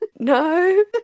No